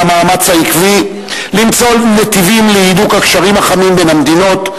על המאמץ העקבי למצוא נתיבים להידוק הקשרים החמים בין המדינות,